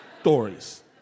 stories